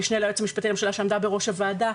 המשנה ליועץ המשפטי לממשלה שעמדה בראש הוועדה,